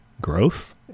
growth